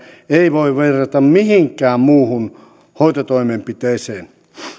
ei voi verrata mihinkään muuhun hoitotoimenpiteeseen